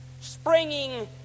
springing